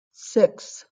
six